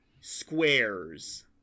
squares